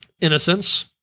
Innocence